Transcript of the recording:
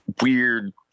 weird